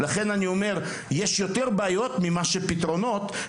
לכן אני אומר: יש יותר בעיות מאשר פתרונות להן,